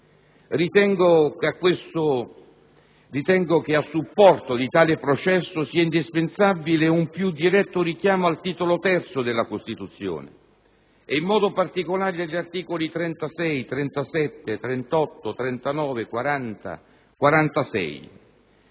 Ritengo che a supporto di tale processo sia indispensabile un più diretto richiamo al Titolo III della Costituzione e, in modo particolare, agli articoli 36, 37, 38, 39, 40 e 46.